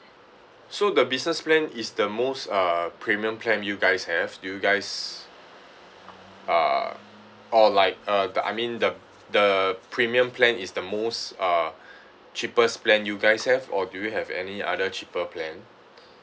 so the business plan is the most uh premium plan you guys have do you guys uh or like uh the I mean the the premium plan is the most uh cheapest plan you guys have or do you have any other cheaper plan